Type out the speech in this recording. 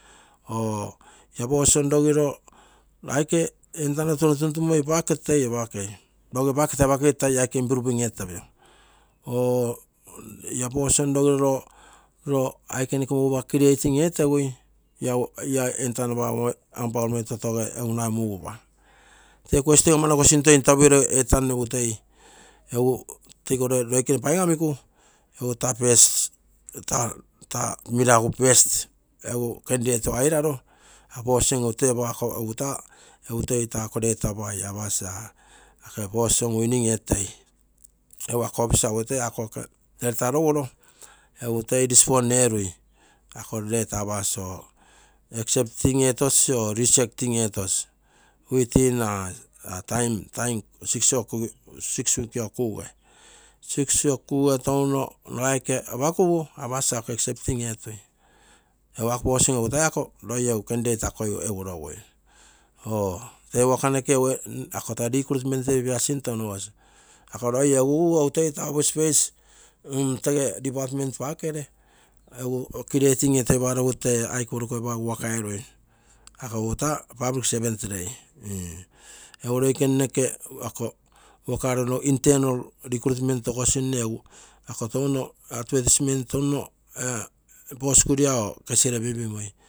Or ia position rogiro aike entano tono tuntumoi pake toi apakei roge pake toi apakei taa ia aike improving etoropio or ia posssition rogiro aike noke mugupa creating etegui iau entano an apagoromoi totoge egu nagai mugupa. Tee question amanoko toi sinto piro egu ioikene paigamiku ta first candidate airaro ako possition egu taa ako toi letter opai apasi ro taa possition winning etei. Egu ako officer egu toi taa letter roguro egu toi respond erui. Ako letter apasi accepting etosi or rejecting eto si within ah time six minute oo kuuge six minute or kuuge touno nokaike apakugu apsi letter accepting etosi. Egu ako possition ako egu tai ako candidate egu rogui. ako taa work noke taa recruitment ia smoto anogosi: ako roi egu ugu egu taa space department pakere egu creating etoipagu egu waka erui. Ako egu taa public servant rei, egu roikene noke recruitment oposmei advetisement touno post courier or kesigere pinpoimoi